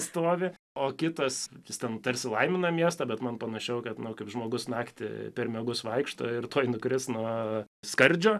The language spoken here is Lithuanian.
stovi o kitas jis ten tarsi laimina miestą bet man panašiau kad kaip žmogus naktį per miegus vaikšto ir tuoj nukris nuo skardžio